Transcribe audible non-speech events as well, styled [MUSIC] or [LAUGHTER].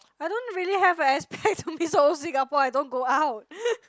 I don't really have an expect to be so Singapore I don't go out [LAUGHS]